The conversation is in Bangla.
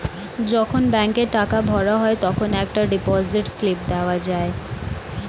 যখন ব্যাংকে টাকা ভরা হয় তখন একটা ডিপোজিট স্লিপ দেওয়া যায়